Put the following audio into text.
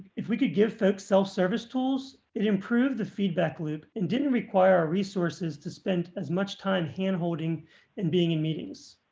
if we could give folks self service tools it improve the feedback loop in didn't require resources to spend as much time hand holding and being in meetings.